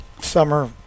summer